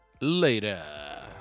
later